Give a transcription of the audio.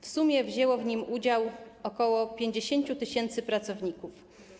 W sumie wzięło w nim udział ok. 50 tys. pracowników.